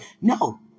No